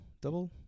Double